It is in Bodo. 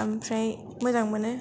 आमफ्राय मोजां मोनो